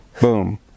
boom